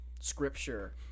scripture